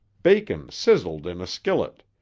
bacon sizzled in a skillet,